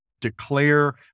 declare